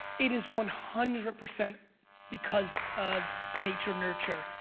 it is one hundred percent because of nature-nurture.